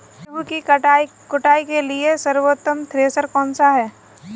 गेहूँ की कुटाई के लिए सर्वोत्तम थ्रेसर कौनसा है?